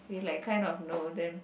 he like kind of know them